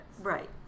Right